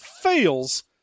fails